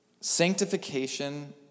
Sanctification